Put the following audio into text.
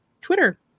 Twitter